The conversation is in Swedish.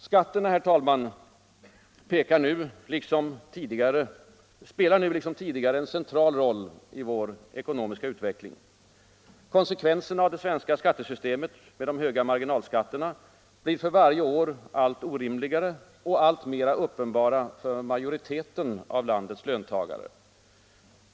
Skatterna spelar nu liksom tidigare en central roll i vår ekonomiska utveckling. Konsekvenserna av det svenska skattesystemet med dess höga marginalskatter blir för varje år allt orimligare och alltmer uppenbara för majoriteten av landets löntagare.